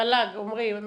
מל"ג, עמרי.